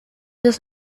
des